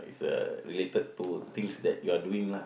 it's uh related to things that you are doing lah